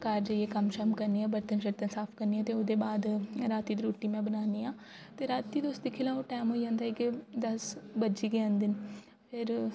घर जाइयै कम्म शम्म करनी आं बरतन शरतन साफ करनी आं ते ओह्दे बाद रातीं दी रुट्टी में बनानी आं ते रातीं तुस दिक्खी लैओ तुस टैम होई जंदा दस बजी गै जन्दे न फिर